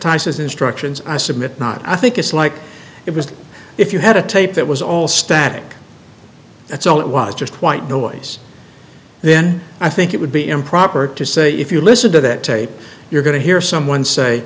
his instructions i submit not i think it's like it was if you had a tape that was all static that's all it was just white noise then i think it would be improper to say if you listen to that tape you're going to hear someone say